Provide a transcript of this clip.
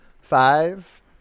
Five